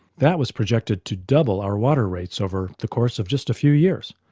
that was projected to double our water rates over the course of just a few years.